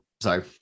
sorry